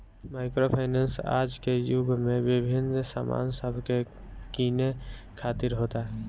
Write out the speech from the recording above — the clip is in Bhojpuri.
माइक्रो फाइनेंस आज के युग में विभिन्न सामान सब के किने खातिर होता